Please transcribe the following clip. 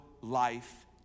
life